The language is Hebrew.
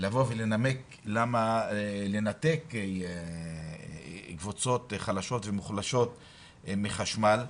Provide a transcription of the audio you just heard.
לבוא ולנמק למה לנתק קבוצות חלשות ומוחלשות מחשמל,